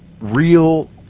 real